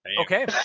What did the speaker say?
Okay